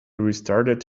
restarted